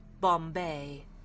Bombay